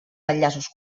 enllaços